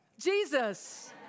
Jesus